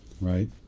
right